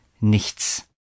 nichts